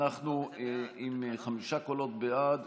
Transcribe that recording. אנחנו עם חמישה קולות בעד,